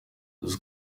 uzi